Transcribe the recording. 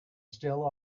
still